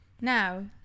Now